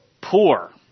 poor